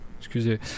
Excusez